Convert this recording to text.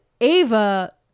Ava